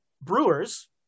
brewers